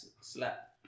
slap